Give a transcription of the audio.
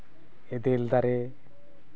ᱮᱫᱮᱞ ᱫᱟᱨᱮ